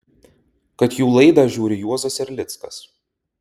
kad jų laidą žiūri juozas erlickas